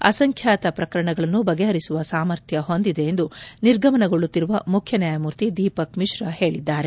ಅಸಂಖ್ಯಾತ ಪ್ರಕರಣಗಳನ್ನು ಬಗೆಹರಿಸುವ ಸಾಮರ್ಥ್ಯ ಹೊಂದಿದೆ ಎಂದು ನಿರ್ಗಮನಗೊಳ್ಳುತ್ತಿರುವ ಮುಖ್ಯ ನ್ಯಾಯಮೂರ್ತಿ ದೀಪಕ್ ಮಿಶ್ರಾ ಹೇಳಿದ್ದಾರೆ